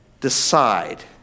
decide